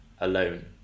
alone